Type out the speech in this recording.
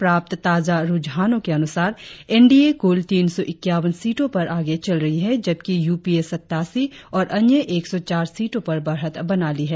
प्राप्त ताजा रुझानों के अनुसार एन डी ए कुल तीन सौ इक्कावन सीटों पर आगे चल रही है जबकि यू पी ए सत्तासी और अन्य एक सौ चार सीटों पर बढ़त बना ली है